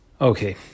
Okay